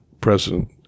president